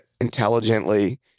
intelligently